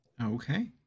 Okay